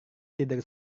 tidur